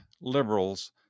liberals